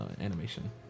animation